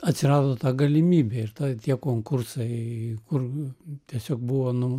atsirado ta galimybė ir ta tie konkursai kur tiesiog buvo nu